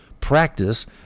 practice